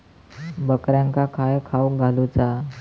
बकऱ्यांका काय खावक घालूचा?